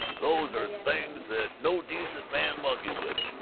those are things that no decent man monkeys with.